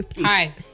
hi